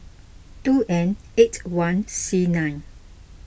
two N eight one C nine